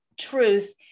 truth